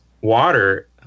water